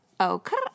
Okay